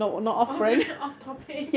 off brand off topic